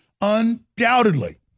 Undoubtedly